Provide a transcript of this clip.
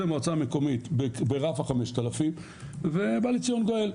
מועצה מקומית ברף ה-5,000 ובא לציון גואל.